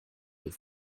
with